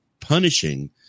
punishing